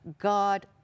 God